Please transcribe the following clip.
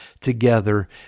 together